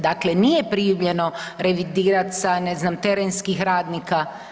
Dakle, nije primljeno revidirat sa ne znam terenskih radnika.